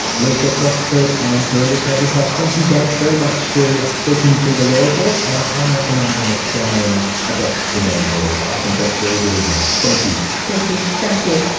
lisa croxford and carita kazakoff, thank you both very much for speaking to the law report, and i reckon i'm going to try and adopt the nan rule, i think that's very good advice. thank you. thank you. thank you.